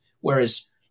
Whereas